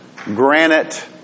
granite